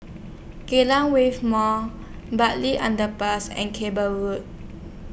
Kallang Wave Mall Bartley Underpass and Cable Road